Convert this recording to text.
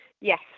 Yes